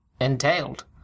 entailed